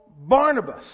Barnabas